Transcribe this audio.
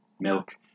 milk